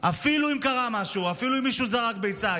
אפילו אם קרה משהו, אפילו אם מישהו זרק ביצה.